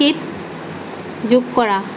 kit যোগ কৰা